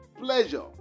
pleasure